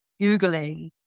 Googling